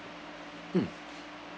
mm